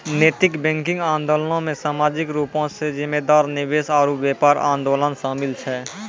नैतिक बैंकिंग आंदोलनो मे समाजिक रूपो से जिम्मेदार निवेश आरु व्यापार आंदोलन शामिल छै